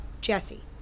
Jesse